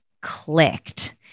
clicked